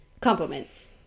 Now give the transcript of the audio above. compliments